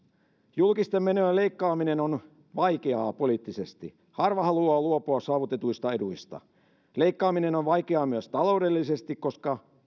julkisten menojen leikkaaminen on vaikeaa poliittisesti harva haluaa luopua saavutetuista eduista leikkaaminen on vaikeaa myös taloudellisesti koska